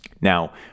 Now